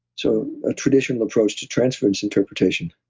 so a traditional approach to transference interpretation.